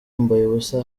ubusa